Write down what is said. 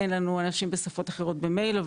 אין לנו אנשים בשפות אחרות במייל.